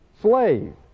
slave